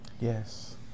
Yes